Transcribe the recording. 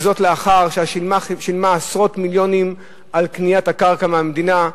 וזאת לאחר ששילמה עשרות מיליונים על קניית הקרקע מהמדינה,